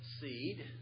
seed